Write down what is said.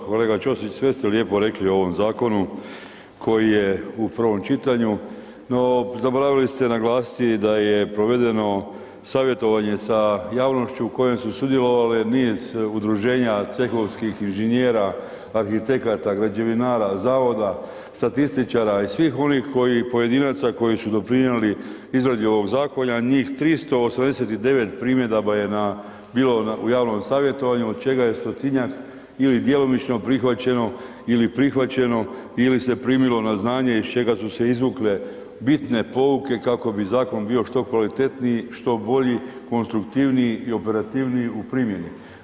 Kolega Ćosić sve ste lijepo rekli o ovom zakonu koji je u prvom čitanju, no zaboravili ste naglasiti da je provedeno savjetovanje sa javnošću u kojem su sudjelovali niz udruženja cehovskih inženjera, arhitekata, građevinara, zavoda, statističara i svih onih pojedinaca koji su doprinijeli izradi ovog zakona njih 389 primjedaba je bilo u javnom savjetovanju od čega je stotinjak ili djelomično prihvaćeno ili prihvaćeno ili se primilo na znanje iz čega su se izvukle bitne pouke kako bi zakon bio što kvalitetniji, što bolji, konstruktivniji i operativniji u primjeni.